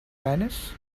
tennis